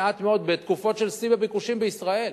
מעט מאוד, בתקופות של שיא בביקושים בישראל.